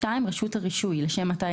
(2)רשות הרישוי, לשם מתן